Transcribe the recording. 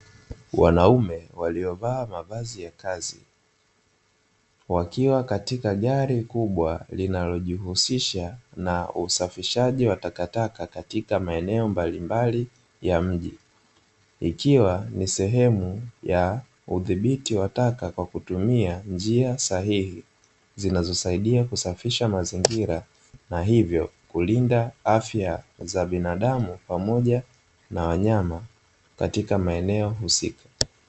Wanaume waliovaa mavazi ya kazi wakiwa katika gari kubwa linalo jiuhusisha na usafishaji wa takataka katika maeneo mbalimbali ya mji, ikiwa ni sehemu ya udhibiti wa taka kwa kutumia njia sahihi zinazosaidia kusafisha mazingira na hivyo kulinda afya za binadamu pamoja na wanyama katika maeneo husika.